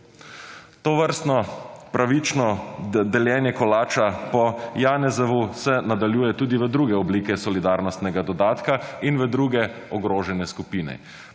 Tovrstno pravično deljenje kolača po Janezu se nadaljuje tudi v druge oblike solidarnostnega dodatka in v druge ogrožene skupine.